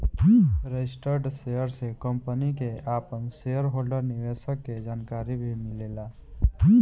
registered share से company के आपन शेयर होल्डर निवेशक के जानकारी भी मिलेला